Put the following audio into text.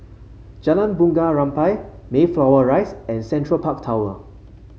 Jalan Bunga Rampai Mayflower Rise and Central Park Tower